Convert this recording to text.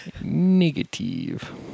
Negative